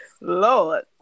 lord